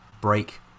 break